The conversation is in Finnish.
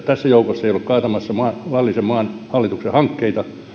tässä joukossa ei olla kaatamassa maan laillisen hallituksen hankkeita